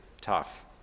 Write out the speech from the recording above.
tough